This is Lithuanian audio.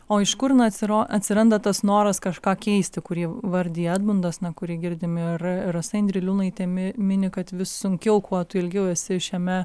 o iš kur na atsiro atsiranda tas noras kažką keisti kurį vardija edmundas na kurį girdime ir rasa indriliūnaitė mi mini kad vis sunkiau kuo tu ilgiau esi šiame